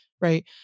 Right